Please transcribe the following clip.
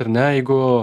ar ne jeigu